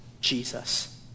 Jesus